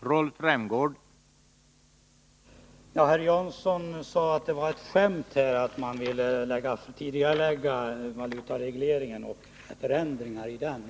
Herr talman! Herr Jansson kallade det ett skämt, när reservanterna ville tidigarelägga beslut om förändringar i valutaregleringen.